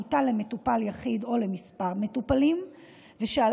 שהוא תא למטופל יחיד או לכמה מטופלים והלחץ